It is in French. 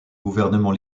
gouvernement